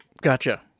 gotcha